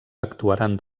actuaran